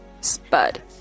spud